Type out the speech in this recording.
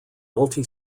multi